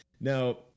Now